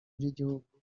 by’igihugu